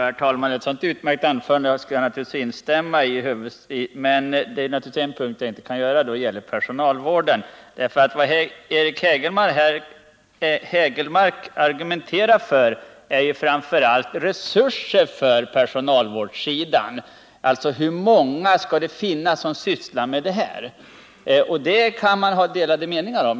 Herr talman! Ett sådant utmärkt anförande som det Eric Hägelmark höll kan jag naturligtvis i stort instämma i. Det finns dock en punkt där jag inte kan göra det, och det gäller personalvården. Det Eric Hägelmark framför allt argumenterade för var resurser för personalvårdssidan. Han tog upp hur många som skall syssla med personalvård. Det kan man naturligtvis ha delade meningar om.